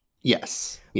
Yes